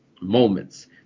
moments